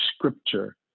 Scripture